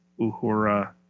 Uhura